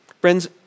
Friends